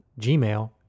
gmail